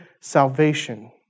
salvation